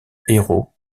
héros